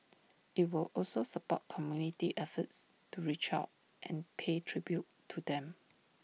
IT will also support community efforts to reach out and pay tribute to them